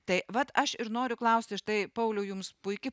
tai vat aš ir noriu klausti štai pauliau jums puiki